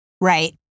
Right